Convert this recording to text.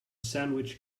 sandwich